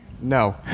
No